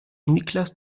niklas